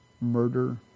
murder